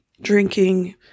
drinking